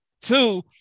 two